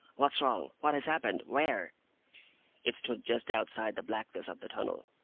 what's wrong? what has happened? where it stood just outside the blackness of the tunnel.